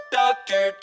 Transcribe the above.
doctor